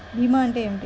భీమా అంటే ఏమిటి?